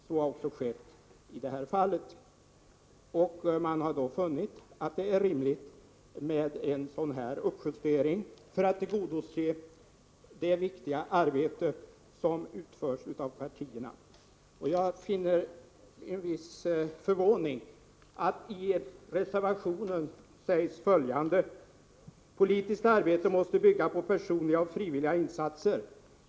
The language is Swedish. Så har hänt också i det här fallet, och man har då funnit att det är rimligt med en uppjustering för att tillgodose det viktiga arbete som utförs av partierna. Jag finner med en viss förvåning att i reservationen sägs följande: ”Politiskt arbete måste bygga på personliga och frivilliga insatser.